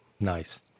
Nice